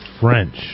French